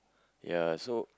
ya so